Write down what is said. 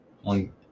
one